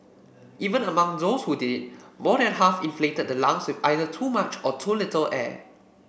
even among those who did more than half inflated the lungs with either too much or too little air